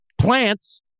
plants